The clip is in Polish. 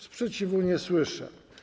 Sprzeciwu nie słyszę.